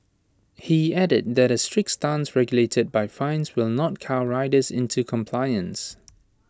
he added that A strict stance regulated by fines will not cow riders into compliance